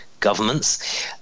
governments